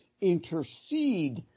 intercede